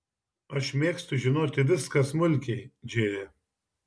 aš mėgstu žinoti viską smulkiai džėja